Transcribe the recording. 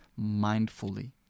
mindfully